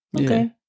okay